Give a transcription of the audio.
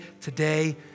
today